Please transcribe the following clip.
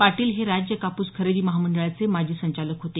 पाटील हे राज्य कापूस खरेदी महामंडळाचे माजी संचालक होते